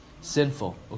sinful